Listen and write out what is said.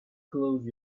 close